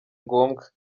ngombwa